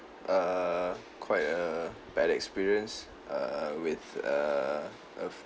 err quite a bad experience err with err a food